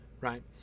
Right